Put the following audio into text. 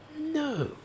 No